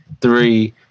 Three